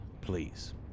Please